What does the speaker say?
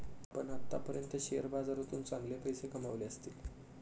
आपण आत्तापर्यंत शेअर बाजारातून चांगले पैसे कमावले असतील